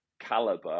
caliber